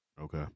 okay